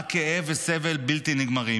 רק כאב וסבל בלתי נגמרים.